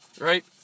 right